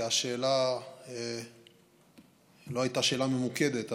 כי השאלה לא הייתה שאלה ממוקדת,